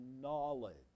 knowledge